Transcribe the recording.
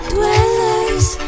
Dwellers